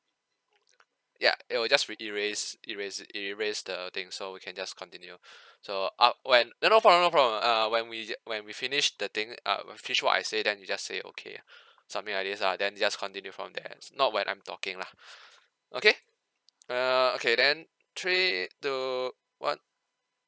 ya it will just re~ erase erase erase the thing so we can just continue so uh when no no problem no problem err when we j~ when we finish the thing up I finish what I say then you just say okay something like this ah then you just continue from there it's not when I'm talking lah okay err okay then three two one